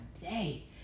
day